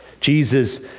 Jesus